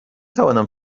توانم